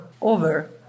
over